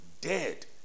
dead